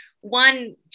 One